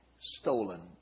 stolen